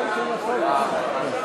הצבעה אלקטרונית על שם החוק כנוסח הוועדה.